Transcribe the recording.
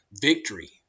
victory